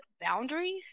boundaries